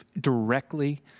directly